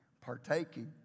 partaking